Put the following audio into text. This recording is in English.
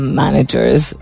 managers